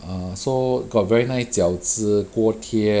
err so got very nice 饺子锅贴